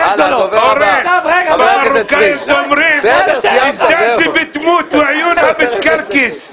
במרוקאית אומרים: א-זאזי בתמות ועיונהא בתקרקס.